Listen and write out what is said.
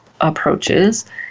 approaches